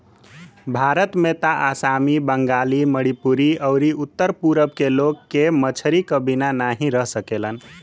भारत में त आसामी, बंगाली, मणिपुरी अउरी उत्तर पूरब के लोग के मछरी क बिना नाही रह सकेलन